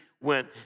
went